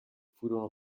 furono